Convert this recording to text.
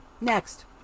next